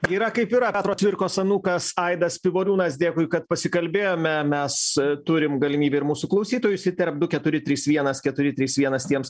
yra kaip yra petro cvirkos anūkas aidas pivoriūnas dėkui kad pasikalbėjome mes turim galimybę ir mūsų klausytojus įsiterpt du keturi trys vienas keturi trys vienas tiems